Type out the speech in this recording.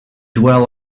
dwell